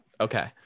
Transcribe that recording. Okay